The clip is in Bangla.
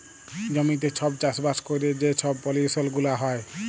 জমিতে ছব চাষবাস ক্যইরে যে ছব পলিউশল গুলা হ্যয়